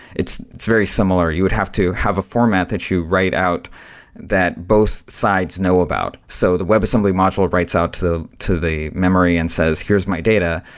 it's it's very similar. you would have to have a format that you write out that both sides know about. so the webassembly module writes out to the to the memory and says, here's my data,